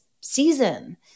season